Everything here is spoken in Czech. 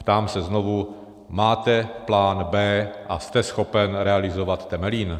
Ptám se znovu: Máte plán b) a jste schopen realizovat Temelín?